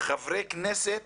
חברי כנסת